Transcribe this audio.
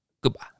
Goodbye